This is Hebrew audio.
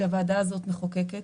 שהוועדה הזאת מחוקקת,